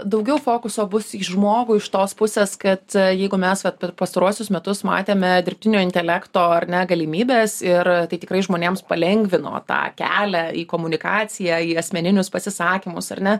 daugiau fokuso bus į žmogų iš tos pusės kad jeigu mes vat per pastaruosius metus matėme dirbtinio intelekto ar ne galimybes ir tai tikrai žmonėms palengvino tą kelią į komunikaciją į asmeninius pasisakymus ar ne